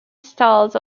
styles